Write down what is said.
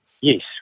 Yes